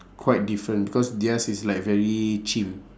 quite different because theirs is like very chim